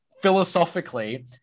philosophically